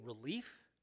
relief